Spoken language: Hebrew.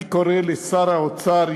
אני קורא לשר האוצר,